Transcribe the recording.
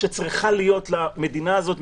שצריכה להיות למדינה הזאת,